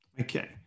Okay